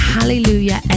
Hallelujah